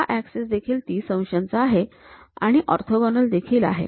हा ऍक्सिस देखील ३० अंशांचा आहे आणि ऑर्थोगोनल देखील आहे